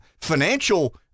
financial